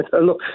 look